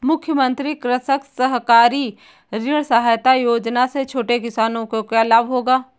मुख्यमंत्री कृषक सहकारी ऋण सहायता योजना से छोटे किसानों को क्या लाभ होगा?